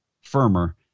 firmer